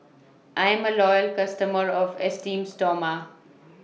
I'm A Loyal customer of Esteem Stoma